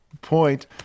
Point